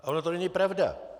Ale to není pravda.